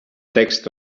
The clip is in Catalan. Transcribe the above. text